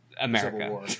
America